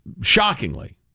shockingly